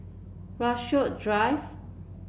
Rasok Drive